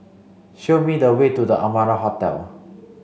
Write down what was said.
show me the way to The Amara Hotel